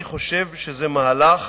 אני חושב שזה מהלך